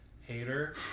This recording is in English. hater